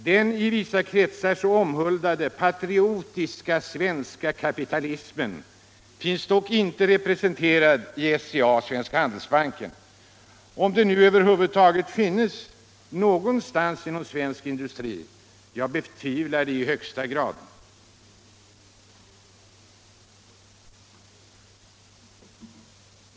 Den i vissa kretsar så omhuldade ”patriotiska” svenska kapitalismen finns inte representerad i SCA och Svenska Handelsbanken —- om den nu över huvud taget finns någonstans inom svensk storfinans. Jag betvivlar det i högsta grad.